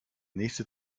nächste